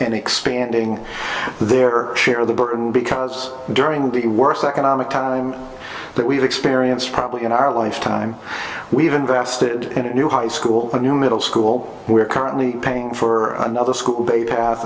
and expanding their share of the burden because during the worst economic time that we've experienced probably in our lifetime we've invested in a new high school for a new middle school we're currently paying for another school a path